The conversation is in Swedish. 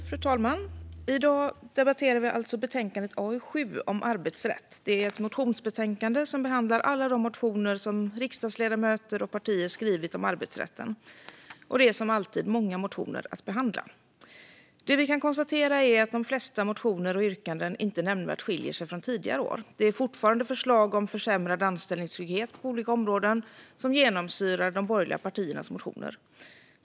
Fru talman! I dag debatterar vi alltså betänkande AU7 om arbetsrätt. Det är ett motionsbetänkande som behandlar alla de motioner som riksdagsledamöter och partier har skrivit om arbetsrätten, och det är - som alltid - många motioner att behandla. Det vi kan konstatera är att de flesta motioner och yrkanden inte nämnvärt skiljer sig från tidigare års; det är fortfarande förslag om försämrad anställningstrygghet på olika områden som genomsyrar de borgerliga partiernas motioner.